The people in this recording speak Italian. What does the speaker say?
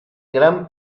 gran